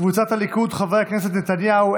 קבוצת סיעת הליכוד: חברי הכנסת בנימין נתניהו,